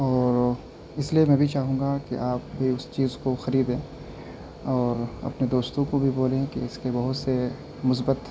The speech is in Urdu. اور اس لیے میں بھی چاہوں گا کہ آپ بھی اس چیز کو خریدیں اور اپنے دوستوں کو بھی بولیں کہ اس کے بہت سے مثبت